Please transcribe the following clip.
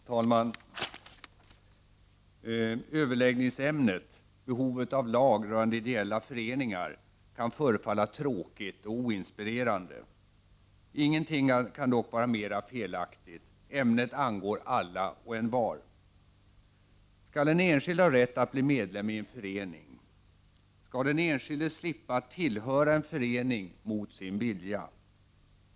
Herr talman! Överläggningsämnet - behovet av lag rörande ideella föreningar - kan förefalla tråkigt och oinspirerande. Ingenting kan dock vara mer felaktigt. Ämnet angår alla och envar. — Skall en enskild ha rätt att bli medlem i en förening? — Skall den enskilde slippa att tillhöra en förening mot sin vilja?